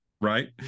Right